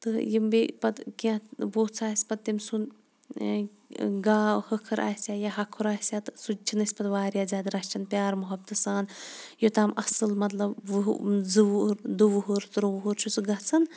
تہٕ یِم بیٚیہِ پَتہٕ کیٚنٛہہ ووٚژھ آسہِ پَتہٕ تٔمۍ سُنٛد گاو ہَکھٕر آسیا ہَکھُر آسیا تہٕ سُہ تہِ چھِنہٕ أسۍ پَتہٕ واریاہ زیادٕ رَچھان پیار محبتہٕ سان یوٚتام اصٕل مَطلَب وُہ زٕ وُہُر دُ وُہُر تُرٛ وُہُر چھُ سُہ گَژھان